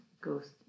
ghost